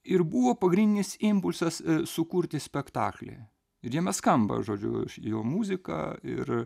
ir buvo pagrindinis impulsas sukurti spektaklį ir jame skamba žodžiu jo muziką ir